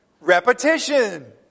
Repetition